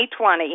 2020